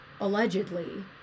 Allegedly